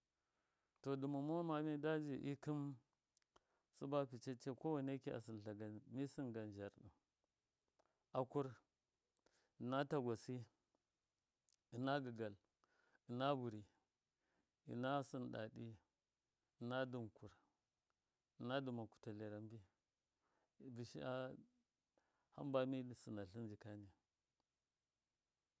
To dɨ mamo ma mida nji ikɨm sɨba kucece kowenekɨ a sɨntlamgam. mi sɨngan zharɗɨ, akur ɨna tagwasi ɨna gɨgal ɨna bɨrɨ ɨna sɨnɗaɗi ɨna dɨnkur ɨna dɨmaku tlerembi bisa hamba mi sɨnatlin jikani.